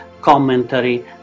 commentary